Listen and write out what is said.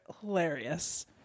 hilarious